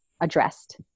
addressed